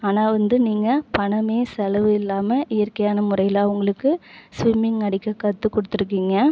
ஆனால் வந்து நீங்கள் பணமே செலவு இல்லாமல் இயற்கையான முறையில அவங்களுக்கு ஸ்விம்மிங் அடிக்க கற்றுகொடுத்ருக்கிங்க